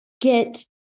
get